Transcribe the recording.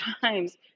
times